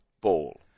ball